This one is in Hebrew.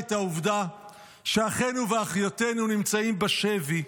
את העובדה שאחינו ואחיותינו נמצאים בשבי.